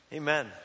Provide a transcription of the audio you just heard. Amen